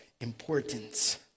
importance